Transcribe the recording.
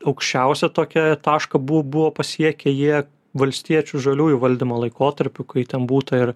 aukščiausią tokia tašką bu buvo pasiekę jie valstiečių žaliųjų valdymo laikotarpiu kai ten būta ir